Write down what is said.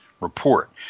Report